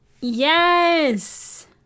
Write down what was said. Yes